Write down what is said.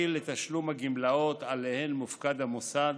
לתשלום הגמלאות שעליהן מופקד המוסד,